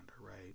right